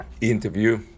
Interview